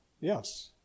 Yes